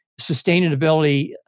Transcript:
sustainability